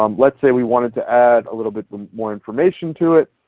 um let's say we wanted to add a little bit more information to it,